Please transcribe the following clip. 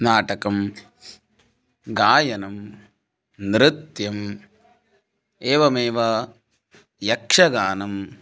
नाटकं गायनं नृत्यम् एवमेव यक्षगानं